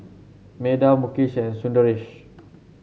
Medha Mukesh and Sundaresh